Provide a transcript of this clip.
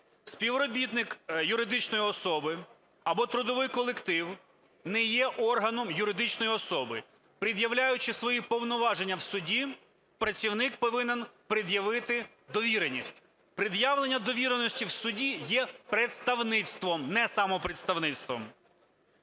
Співробітник юридичної особи або трудовий колектив не є органом юридичної особи. Пред'являючи свої повноваження в суді, працівник повинен пред'явити довіреність. Пред'явлення довіреності в суді є представництвом, не самопредставництвом.